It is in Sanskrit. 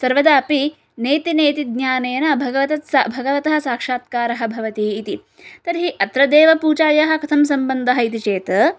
सर्वदा अपि नेति नेति ज्ञानेन भगवतः साक्षात्कारः भवति इति तर्हि अत्र देवपूजायाः कथं सम्बन्धः इति चेत्